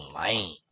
lame